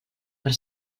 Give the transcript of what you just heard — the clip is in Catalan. per